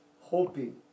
hoping